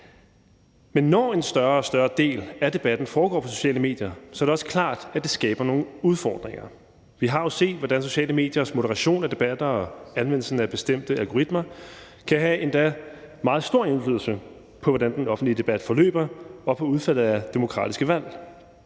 Men når en større og større del af debatten foregår på sociale medier, er det også klart, at det skaber nogle udfordringer. Vi har jo set, hvordan sociale mediers moderation af debatter og anvendelsen af bestemte algoritmer kan have endda meget stor indflydelse på, hvordan den offentlige debat forløber, og på udfaldet af demokratiske valg.